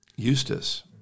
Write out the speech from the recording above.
Eustace